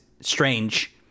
strange